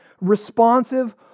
responsive